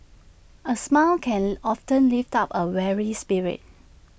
A smile can often lift up A weary spirit